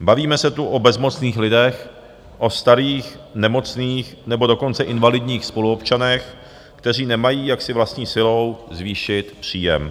Bavíme se tu o bezmocných lidech, o starých nemocných, nebo dokonce invalidních spoluobčanech, kteří nemají, jak si vlastní silou zvýšit příjem.